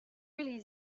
really